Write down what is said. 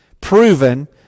proven